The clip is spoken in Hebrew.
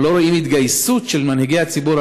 אנחנו לא רואים התגייסות של מנהיגי הציבור